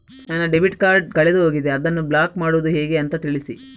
ನನ್ನ debit card ಕಳೆದು ಹೋಗಿದೆ, ಅದನ್ನು ಬ್ಲಾಕ್ ಮಾಡುವುದು ಹೇಗೆ ಅಂತ ತಿಳಿಸಿ?